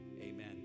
Amen